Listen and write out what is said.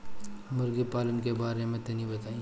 मुर्गी पालन के बारे में तनी बताई?